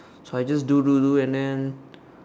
so I just do do do and then